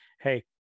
hey